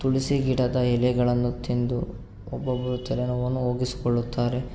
ತುಳಸಿ ಗಿಡದ ಎಲೆಗಳನ್ನು ತಿಂದು ಒಬ್ಬೊಬ್ಬರು ತಲೆನೋವನ್ನು ಹೋಗಿಸಿಕೊಳ್ಳುತ್ತಾರೆ